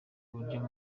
uburyo